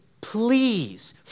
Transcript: please